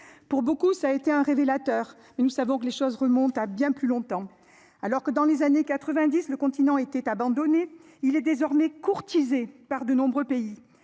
Pour beaucoup, ça a été un révélateur. Nous savons que les choses remonte à bien plus longtemps. Alors que dans les années 90, le continent était abandonné, il est désormais courtisé par de nombreux pays